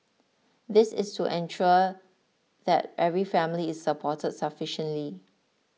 this is to ensure that every family is supported sufficiently